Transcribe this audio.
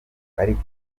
ariko